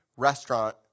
restaurant